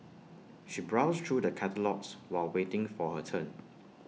she browsed through the catalogues while waiting for her turn